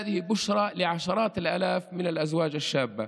זוהי בשורה לעשרות אלפי זוגות צעירים.